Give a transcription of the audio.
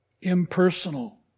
impersonal